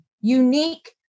unique